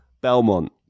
belmont